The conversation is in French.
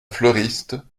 fleuriste